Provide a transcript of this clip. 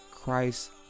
Christ